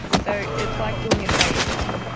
so it's like doing a favour.